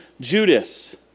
Judas